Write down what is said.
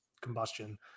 combustion